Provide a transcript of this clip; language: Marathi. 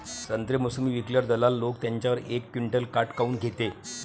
संत्रे, मोसंबी विकल्यावर दलाल लोकं त्याच्यावर एक क्विंटल काट काऊन घेते?